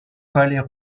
palais